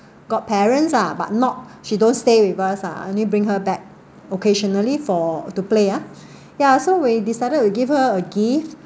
god parents ah but not she don't stay with us ah only bring her back occasionally for to play ya so we decided to give her a gift